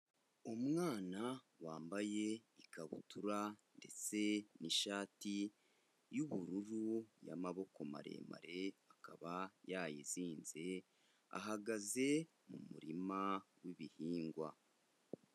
Umwana wambaye ikabutura ndetse n'ishati y'ubururu y'amaboko maremare akaba yayizinze, ahagaze mu murima w'ibihingwa.